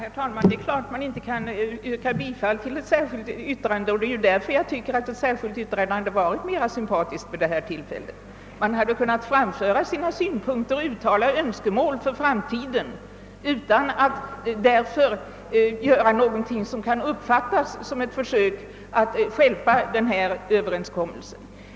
Herr talman! Det är klart att man inte kan yrka bifall till ett särskilt yttrande. Det är just därför som jag tycker att ett särskilt yttrande hade varit mer sympatiskt vid detta tillfälle. Då hade man kunnat framföra sina synpunkter och uttala önskemål för framtiden utan att därmed göra någonting som kan uppfattas som ett försök att stjälpa denna överenskommelse.